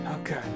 Okay